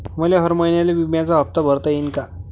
मले हर महिन्याले बिम्याचा हप्ता भरता येईन का?